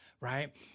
Right